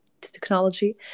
technology